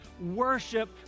worship